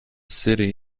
city